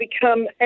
become